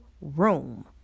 room